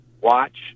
watch